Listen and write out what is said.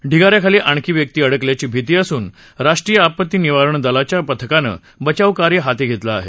ढिगा याखाली आणखी व्यक्ती अडकल्याची भीती असून राष्ट्रीय आपत्ती निवारण दलाच्या पथकानं बचावकार्य हाती घेतलं आहे